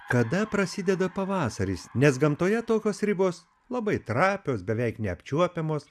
kada prasideda pavasaris nes gamtoje tokios ribos labai trapios beveik neapčiuopiamos